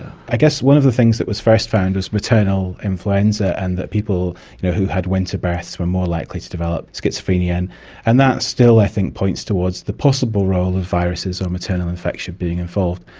i guess one of the things that was first found was maternal influenza and that people you know who had winter births were more likely to develop schizophrenia and and that still i think points towards the possible role of viruses or maternal infection being involved.